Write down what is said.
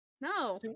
No